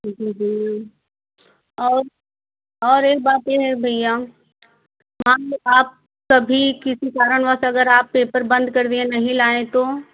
जी जी और और एक बात यह है भैया कि हम आप सभी किसी कारणवश अगर आप पेपर बंद कर दिए नहीं लाए तो